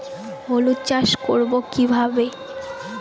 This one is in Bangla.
হলুদ চাষ করব কিভাবে?